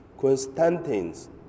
Constantine's